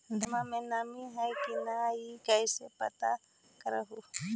धनमा मे नमी है की न ई कैसे पात्र कर हू?